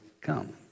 come